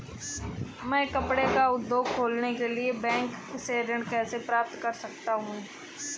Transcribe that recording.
मैं कपड़े का उद्योग खोलने के लिए बैंक से ऋण कैसे प्राप्त कर सकता हूँ?